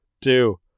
two